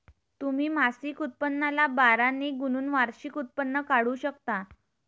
तुम्ही मासिक उत्पन्नाला बारा ने गुणून वार्षिक उत्पन्न काढू शकता